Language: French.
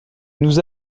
nous